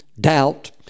doubt